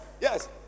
Yes